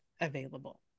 available